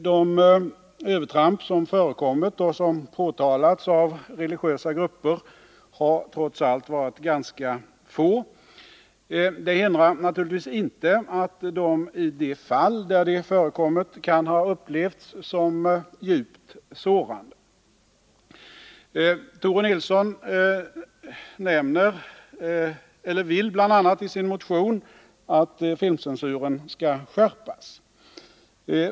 De övertramp som förekommit och som påtalats av religiösa grupper har trots allt vari. ganska få. Det hindrar naturligtvis inte att de, i de fall där de förekommit, kan ha upplevts som djupt sårande. Tore Nilsson hemställer i sin motion bl.a. att filmcensuren skall skärpas.